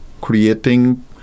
creating